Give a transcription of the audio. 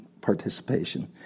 participation